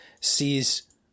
sees